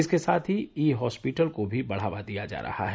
इसके साथ ही ई हॉस्पिटल को भी बढ़ावा दिया जा रहा है